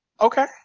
Okay